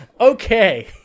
Okay